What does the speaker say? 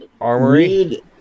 armory